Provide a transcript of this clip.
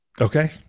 Okay